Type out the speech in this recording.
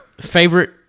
favorite